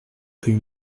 rue